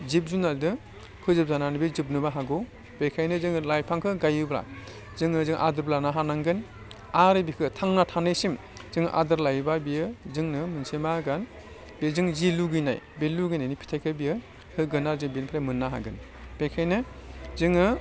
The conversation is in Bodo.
जिब जुनादजों फोजोब जानानै बे जोबनोबो हागौ बेखायनो जोङो लाइफांखौ गायोब्ला जोङो जों आदोर लानो हानांगोन आरो बेखौ थांना थानायसिम जोङो आदोर लायोबा बेयो जोंनो मोनसे मा होगोन बेजों जे लुगैनाय बे लुगैनायनि फिथाइखौ बेयो होगोन आरो जों बेनिफ्राय मोननो हागोन बेखायनो जोङो